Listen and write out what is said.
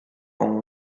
uno